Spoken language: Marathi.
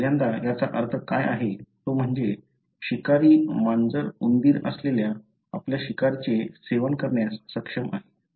पहिल्यांदा याचा अर्थ काय आहे तो म्हणजे शिकारी मांजर उंदीर असलेल्या आपल्या शिकारीचे सेवन करण्यास सक्षम आहे